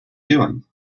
doing